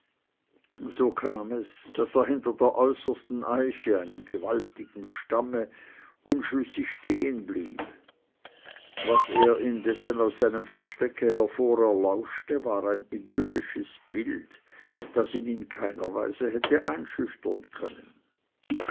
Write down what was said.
so kam es daß er hinter der äußersten eiche einem gewaltigen stamme unschlüssig stehenblieb was er indessen aus seinem verstecke hervor erlauschte war ein idyllisches bild das ihn in keiner weise hätte einschüchtern können